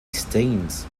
stains